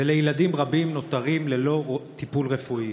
וילדים רבים נותרים ללא טיפול רפואי.